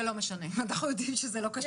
זה לא משנה, אנחנו יודעים שזה לא קשור.